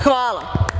Hvala.